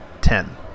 ten